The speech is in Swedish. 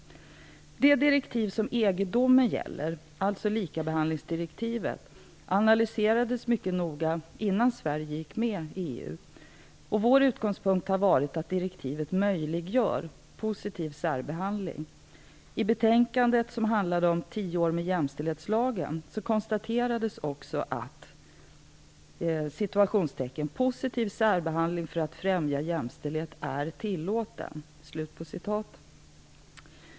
Det direktiv som EG-domen gäller, likabehandlingsdirektivet, analyserades mycket noga innan Sverige gick med i EU. Den svenska utgångspunkten har varit att direktivet möjliggör positiv särbehandling. I betänkandet Tio år med jämställdhetslagen konstaterades att "positiv särbehandling för att främja jämställdhet är tillåten".